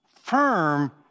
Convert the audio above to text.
firm